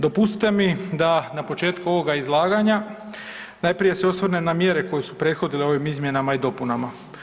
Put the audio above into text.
Dopustite mi da na početku ovoga izlaganja najprije se osvrnem na mjere koje su prethodile ovim izmjenama i dopunama.